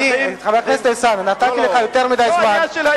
הוא מנסה לקדם פוליטיקה מפלגתית פנימית של הפייגלינים,